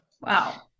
wow